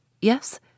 Yes